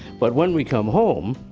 but when we come home,